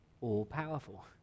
all-powerful